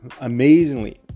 amazingly